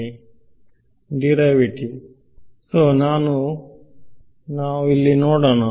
ವಿದ್ಯಾರ್ಥಿಡಿರೈವೇಟಿವ್ ಆದ್ದರಿಂದ ನಾನು ಮಾಡುತ್ತೇನೆನಾವು ಇಲ್ಲಿ ನೋಡೋಣ